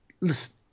listen